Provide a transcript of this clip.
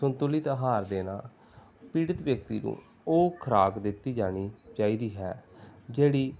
ਸੰਤੁਲਿਤ ਆਹਾਰ ਦੇਣਾ ਪੀੜਿਤ ਵਿਅਕਤੀ ਨੂੰ ਉਹ ਖੁਰਾਕ ਦਿੱਤੀ ਜਾਣੀ ਚਾਹੀਦੀ ਹੈ ਜਿਹੜੀ